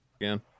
again